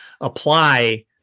apply